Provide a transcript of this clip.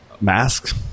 Masks